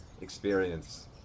experience